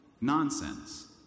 nonsense